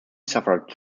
suffered